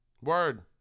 Word